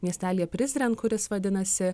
miestelyje prizren kuris vadinasi